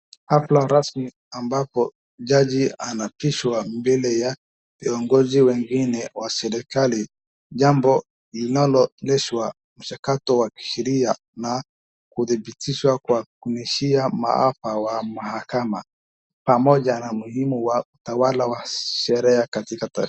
Hafla rasmi ambapo jaji anaapishwa mbele ya viongozi wengine wa serekali jambo linaloonyesha mchakato wa kisheria na kudhibitishwa kwa kuishia maafaa ya mahakama pamoja na utawala wa sheria katika taifa.